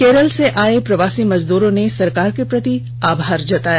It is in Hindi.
केरल से आये प्रवासी मजदूरों ने सरकार के प्रति आभार जताया